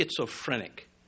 schizophrenic